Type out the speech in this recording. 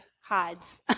hides